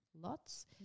lots